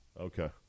Okay